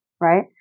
right